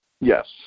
Yes